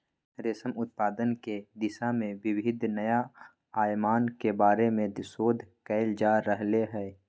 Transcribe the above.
रेशम उत्पादन के दिशा में विविध नया आयामन के बारे में शोध कइल जा रहले है